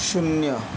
शून्य